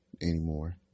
anymore